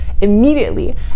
immediately